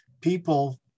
people